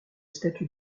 statut